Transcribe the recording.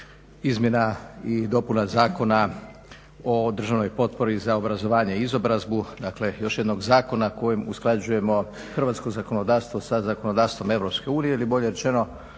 izmjena i dopuna Zakona o državnoj potpori za obrazovanje i izobrazbu, dakle još jednog zakona kojim usklađujemo hrvatsko zakonodavstvo sa zakonodavstvom Europske unije ili bolje rečeno